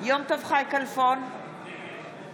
יום טוב חי כלפון, נגד